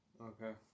Okay